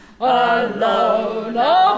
alone